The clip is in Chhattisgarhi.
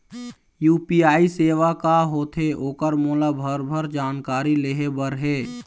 यू.पी.आई सेवा का होथे ओकर मोला भरभर जानकारी लेहे बर हे?